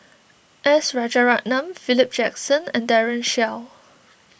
S Rajaratnam Philip Jackson and Daren Shiau